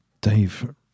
dave